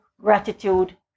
gratitude